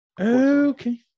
Okay